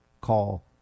call